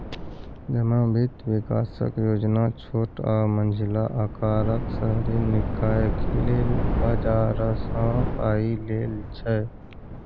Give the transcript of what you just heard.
जमा बित्त बिकासक योजना छोट आ मँझिला अकारक शहरी निकाय लेल बजारसँ पाइ लेल छै